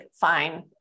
fine